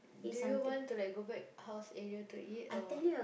do you want to like go back house area to eat or